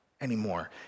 anymore